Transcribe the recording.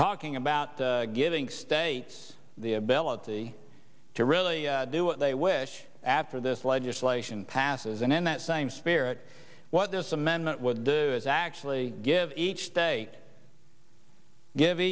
talking about giving states the ability to really do what they wish after this legislation passes and in that same spirit what this amendment would do is actually give each day give